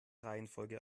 reihenfolge